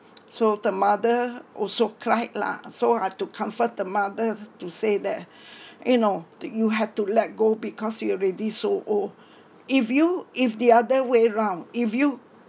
so the mother also cried lah so I'd to comfort the mother to say that you know that you have to let go because you're already so old if you if you if the other way round if you